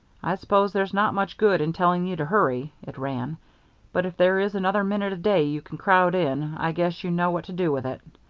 i suppose there's not much good in telling you to hurry, it ran but if there is another minute a day you can crowd in, i guess you know what to do with it.